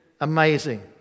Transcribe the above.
amazing